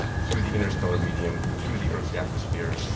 through the interstellar medium, through the earth's atmosphere,